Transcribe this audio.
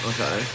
Okay